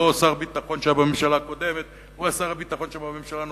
אותו שר הביטחון שהיה בממשלה הקודמת הוא שר הביטחון שבממשלה הנוכחית.